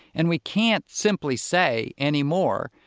and we can't simply say anymore,